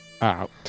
out